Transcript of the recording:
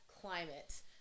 climate